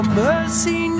mercy